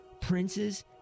princes